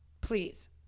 please